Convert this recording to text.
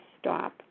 stop